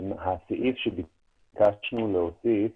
הסעיף שביקשנו להוסיף